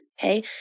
Okay